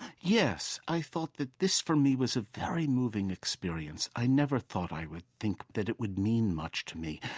yes. i thought that this, for me, was a very moving experience. i never thought i would think that it would mean much to me.